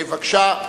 בבקשה,